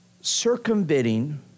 circumventing